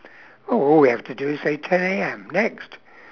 well all we have to do is say ten A_M next